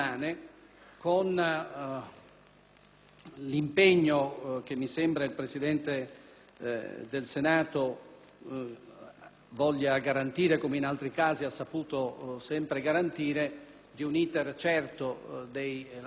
voglia garantire come in altri casi ha saputo sempre garantire, di un *iter* certo dei lavori e, quindi, anche di modalità atte ad assicurarne non soltanto l'inizio ma anche il termine.